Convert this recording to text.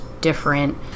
different